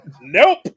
Nope